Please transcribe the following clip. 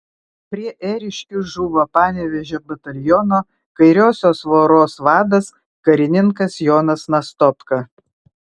prie ėriškių žuvo panevėžio bataliono kairiosios voros vadas karininkas jonas nastopka